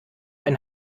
ein